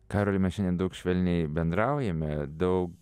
karoli mes šiandien daug švelniai bendraujame daug